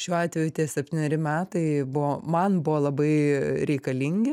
šiuo atveju tie septyneri metai buvo man buvo labai reikalingi